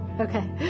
Okay